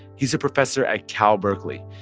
he's a professor at cal berkeley,